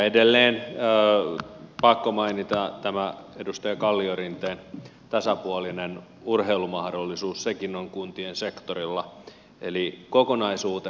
edelleen on pakko mainita tämä edustaja kalliorinteen tasapuolinen urheilumahdollisuus sekin on kuntien sektorilla eli kokonaisuutena